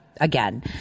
Again